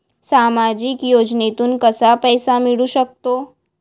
सामाजिक योजनेतून कसा पैसा मिळू सकतो?